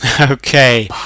Okay